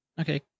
okay